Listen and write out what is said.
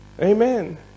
Amen